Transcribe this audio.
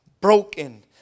broken